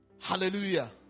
Hallelujah